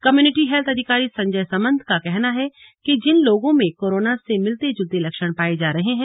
community health अधिकारी संजय समंत का कहना है कि जिन लोगों में कोरोना से मिलत जुलते लक्ष्ण पाए जा रहे हैं